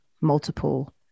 multiple